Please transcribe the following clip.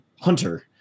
hunter